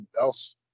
else